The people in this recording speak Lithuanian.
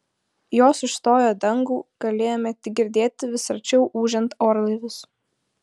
jos užstojo dangų galėjome tik girdėti vis arčiau ūžiant orlaivius